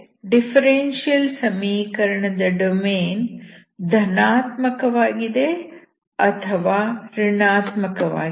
ಅಂದರೆ ಡಿಫರೆನ್ಸಿಯಲ್ ಸಮೀಕರಣದ ಡೊಮೇನ್ ಧನಾತ್ಮಕವಾಗಿದೆ ಅಥವಾ ಋಣಾತ್ಮಕವಾಗಿದೆ